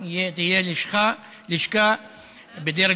רק ייתן עוד פתח ועוד מקום לשיקול דעת